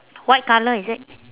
white colour is it